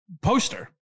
poster